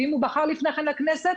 ואם הוא בחר לפני כן לכנסת,